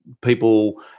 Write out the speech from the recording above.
people